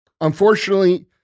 unfortunately